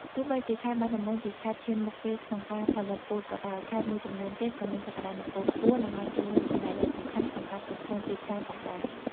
ទោះបីជាខេត្តបាត់ដំបងជាខេត្តឈានមុខគេក្នុងការផលិតពោតក៏ដោយ ខេត្តមួយចំនួនទៀតក៏មានសក្ដានុពលខ្ពស់ និងបានចូលរួមចំណែកយ៉ាងសំខាន់ក្នុងការផ្គត់ផ្គង់ទីផ្សារផងដែរ។